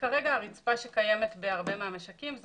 כרגע הרצפה שקיימת בהרבה מהמשקים היא